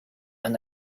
and